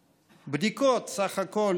בדיקות, סך הכול